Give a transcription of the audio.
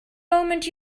moment